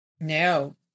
No